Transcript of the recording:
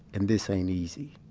and this ain't easy.